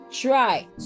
try